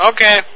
Okay